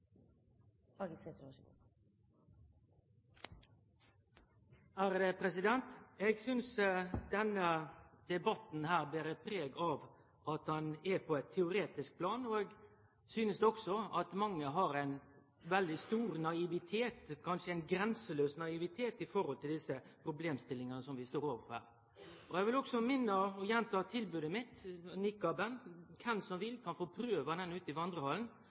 på eit teoretisk plan, og eg synest også at mange har ein veldig stor naivitet, kanskje ein grenselaus naivitet, i forhold til dei problemstillingane som vi står overfor her. Eg vil også minne om og gjenta tilbodet mitt om niqaben. Den som vil, kan få prøve han ute